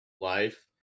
life